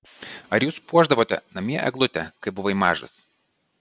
ar jūs puošdavote namie eglutę kai buvai mažas